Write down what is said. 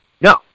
No